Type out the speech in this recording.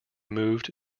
moved